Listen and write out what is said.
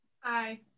Hi